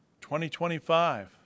2025